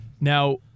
Now